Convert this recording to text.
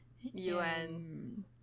UN